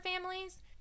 families